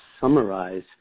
summarize